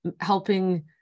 helping